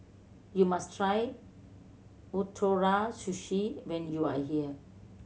you must try Ootoro Sushi when you are here